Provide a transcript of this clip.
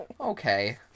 okay